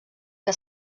que